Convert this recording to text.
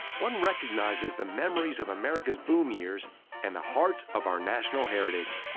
one recognizes the memories of america's boom years and the heart of our national heritage.